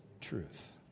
truth